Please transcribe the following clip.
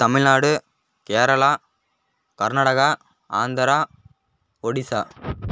Tamil Nadu Kerala Karnataka Andhra Odisha